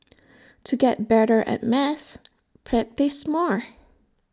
to get better at maths practise more